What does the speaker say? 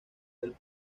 del